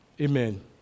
Amen